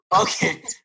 Okay